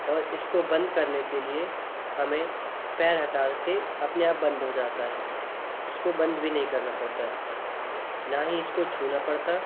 और इसको बंद करने के लिए हमें पैर हटाके अपने आप बंद हो जाता है इसको बंद भी नहीं करना पड़ता ना ही इसको छूना पड़ता